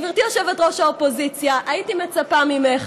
גברתי יושבת-ראש האופוזיציה, הייתי מצפה ממך,